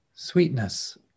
Sweetness